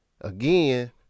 again